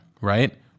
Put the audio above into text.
right